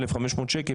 1,500 שקל,